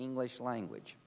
english language